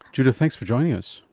judith, thanks for joining us.